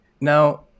Now